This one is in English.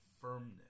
firmness